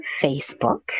Facebook